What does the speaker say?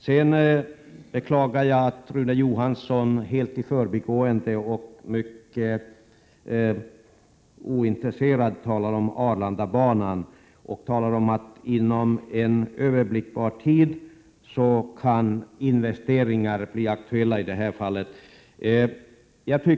Jag beklagar att Rune Johansson helt i förbigående och mycket ointresserat talade om Arlandabanan. Han sade att investeringar i det här fallet kan bli aktuella inom en överblickbar framtid.